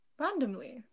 randomly